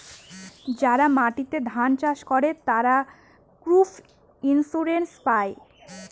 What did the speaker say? যারা মাটিতে ধান চাষ করে, তারা ক্রপ ইন্সুরেন্স পায়